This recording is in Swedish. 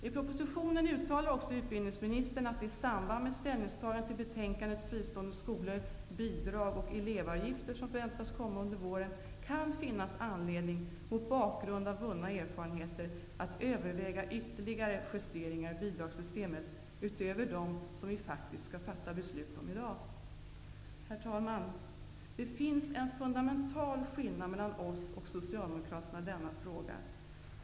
I propositionen uttalar utbildningsministern att det i samband med ställningstagandet till betänkandet Fristående skolor, bidrag och elevavgifter, som väntas komma under våren, kan finnas anledning, mot bakgrund av vunna erfarenheter, att överväga ytterligare justeringar i bidragssystemet utöver dem som vi faktiskt skall fatta beslut om i dag. Herr talman! Det finns en fundamental skillnad mellan oss moderater och Socialdemokraterna i denna fråga.